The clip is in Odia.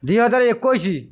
ଦୁଇହଜାର ଏକୋଇଶ